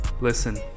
Listen